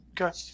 Okay